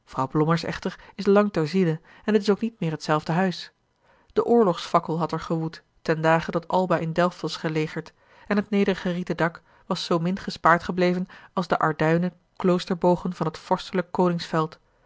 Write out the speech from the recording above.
vrouw blommers echter is lang ter ziele en het is ook niet meer hetzelfde huis de oorlogsfakkel had er gewoed ten dage dat alba in delft was gelegerd en het nederige rieten dak was zoomin gespaard gebleven als de arduinen kloosterbogen van t